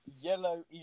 yellow